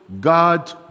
God